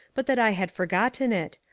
but that i had forgotten it,